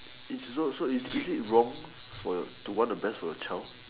is no so is is it wrong to want the best from your child